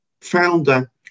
founder